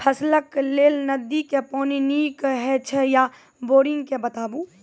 फसलक लेल नदी के पानि नीक हे छै या बोरिंग के बताऊ?